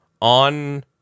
on